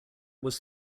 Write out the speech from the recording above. was